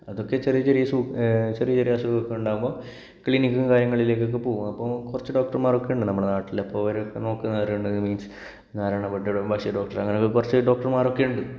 അതൊക്കെ ചെറിയ ചെറിയ സൂ ചെറിയ ചെറിയ അസുഖമൊക്കെ ഉണ്ടാകുമ്പോൾ ക്ലിനിക്കും കാര്യങ്ങളിലേക്കൊക്കെ പോകും അപ്പം കുറച്ചു ഡോക്ടർമാരൊക്കെ ഉണ്ട് നമ്മളുടെ നാട്ടിൽ അപ്പോൾ അവരൊക്കെ നോക്കുന്നവരുണ്ട് means Narana doctor Basheer doctor അങ്ങനെ കുറച്ച് ഡോക്ടർമാരൊക്കെ ഉണ്ട്